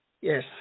Yes